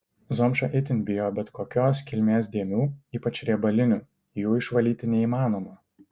zomša itin bijo bet kokios kilmės dėmių ypač riebalinių jų išvalyti neįmanoma